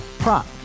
Prop